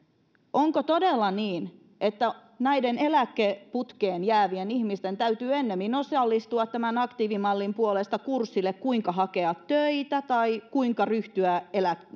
onko todella niin että näiden eläkeputkeen jäävien ihmisten täytyy ennemmin osallistua tämän aktiivimallin takia kurssille kuinka hakea töitä tai kuinka ryhtyä